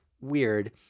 weird